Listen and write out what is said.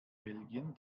belgien